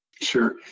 Sure